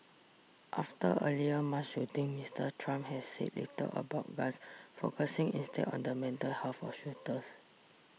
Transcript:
after earlier mass shootings Mister Trump has said little about guns focusing instead on the mental health of shooters